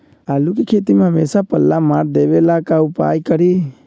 आलू के खेती में हमेसा पल्ला मार देवे ला का उपाय करी?